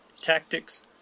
tactics